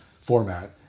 format